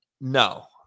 No